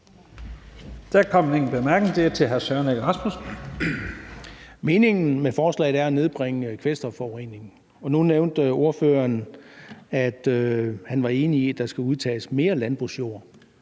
Meningen med forslaget er at nedbringe kvælstofforureningen. Nu nævnte ordføreren, at han var enig i, at der skal udtages mere landbrugsjord,